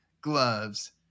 gloves